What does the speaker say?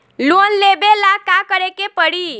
Loan लेबे ला का करे के पड़ी?